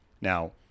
Now